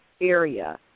Area